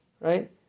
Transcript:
right